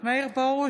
מאיר פרוש,